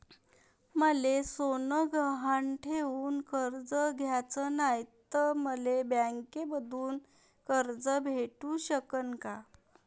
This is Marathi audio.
मले सोनं गहान ठेवून कर्ज घ्याचं नाय, त मले बँकेमधून कर्ज भेटू शकन का?